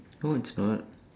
no it's not